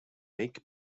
make